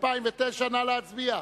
התשס”ט 2009. נא להצביע,